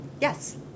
Yes